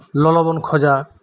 ᱞᱚᱞᱚ ᱵᱚᱱ ᱠᱷᱚᱡᱟ